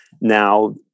now